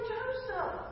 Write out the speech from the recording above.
Joseph